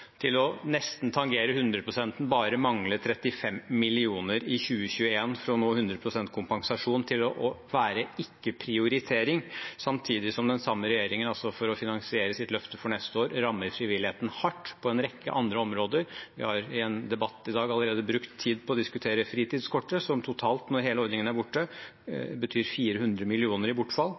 2013 til nesten å tangere hundreprosenten, man mangler bare 35 mill. kr i 2021 for å nå 100 pst. kompensasjon, at det ikke er en prioritering, samtidig som den samme regjeringen for å finansiere sitt løfte for neste år rammer frivilligheten hardt på en rekke andre områder? Vi har i en debatt tidligere i dag allerede brukt tid på å diskutere fritidskortet, som totalt, når hele ordningen er borte, betyr 400 mill. kr i bortfall.